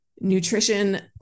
nutrition